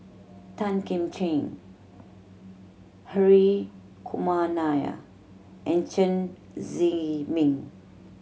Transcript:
Tan Kim Ching Hri Kumar Nair and Chen Zhiming